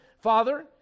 Father